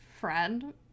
friend